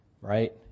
right